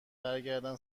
برگردم